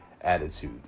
attitude